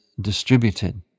distributed